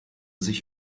sich